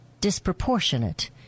disproportionate